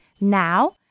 now